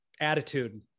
attitude